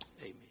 Amen